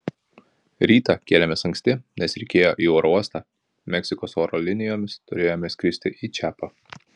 rytą kėlėmės anksti nes reikėjo į oro uostą meksikos oro linijomis turėjome skristi į čiapą